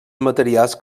materials